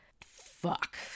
Fuck